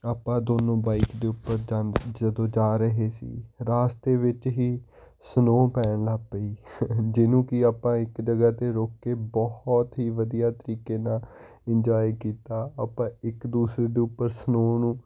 ਆਪਾਂ ਦੋਨੋਂ ਬਾਈਕ ਦੇ ਉੱਪਰ ਜਾਂਦ ਜਦੋਂ ਜਾ ਰਹੇ ਸੀ ਰਾਸਤੇ ਵਿੱਚ ਹੀ ਸਨੋਅ ਪੈਣ ਲੱਗ ਪਈ ਜਿਹਨੂੰ ਕਿ ਆਪਾਂ ਇੱਕ ਜਗ੍ਹਾ 'ਤੇ ਰੁਕ ਕੇ ਬਹੁਤ ਹੀ ਵਧੀਆ ਤਰੀਕੇ ਨਾਲ ਇੰਜੋਆਏ ਕੀਤਾ ਆਪਾਂ ਇੱਕ ਦੂਸਰੇ ਦੇ ਉੱਪਰ ਸਨੋਅ ਨੂੰ